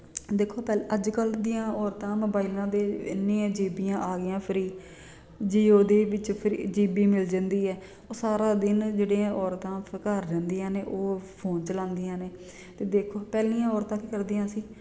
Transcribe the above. ਦੇਖੋ ਪਹਿਲਾਂ ਅੱਜ ਕੱਲ੍ਹ ਦੀਆਂ ਔਰਤਾਂ ਮੋਬਾਈਲਾਂ ਦੇ ਇੰਨੀਆਂ ਜੀਬੀਆਂ ਆਗੀਆਂ ਫਰੀ ਜੀਓ ਦੇ ਵਿੱਚ ਫਰੀ ਜੀਬੀ ਮਿਲ ਜਾਂਦੀ ਹੈ ਉਹ ਸਾਰਾ ਦਿਨ ਜਿਹੜੀਆਂ ਔਰਤਾਂ ਘਰ ਰਹਿੰਦੀਆਂ ਨੇ ਉਹ ਫੋਨ ਚਲਾਉਂਦੀਆਂ ਨੇ ਅਤੇ ਦੇਖੋ ਪਹਿਲੀਆਂ ਔਰਤਾਂ ਕੀ ਕਰਦੀਆਂ ਸੀ